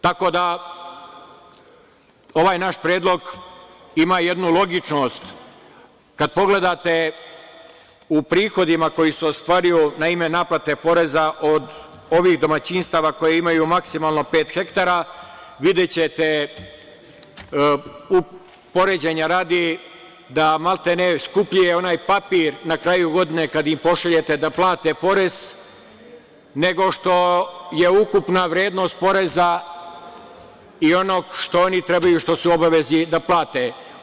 Tako da ovaj naš predlog ima jednu logičnost, kad pogledate u prihodima koji su ostvario na ime naplate poreza od ovih domaćinstava koja imaju maksimalno pet hektara, videćete, poređenja radi, da maltene skuplji je onaj papir na kraju godine kada im pošaljete da plate porez nego što je ukupna vrednost poreza i onoga što oni trebaju što su u obvezi da plate.